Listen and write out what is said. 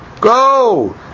go